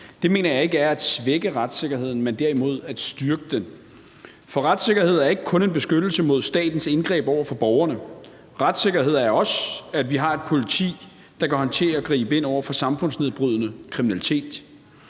Det mener jeg ikke er at svække retssikkerheden, men derimod at styrke den. For retssikkerhed er ikke kun en beskyttelse mod statens indgreb over for borgerne. Retssikkerhed er også, at vi har et politi, der kan håndtere og gribe ind over for samfundsnedbrydende kriminalitet.